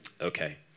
Okay